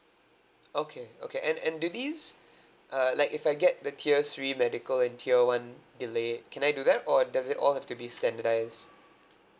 okay okay and and did this uh like if I get the tiers three medical and tier one delay can I do that or does it all still be standardised